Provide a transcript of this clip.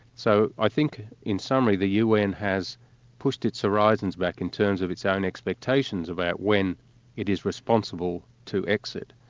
so i think, in summary, the un has pushed its horizons back in terms of its own expectations about when it is responsible to exit,